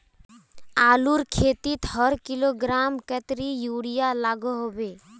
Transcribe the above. आलूर खेतीत हर किलोग्राम कतेरी यूरिया लागोहो होबे?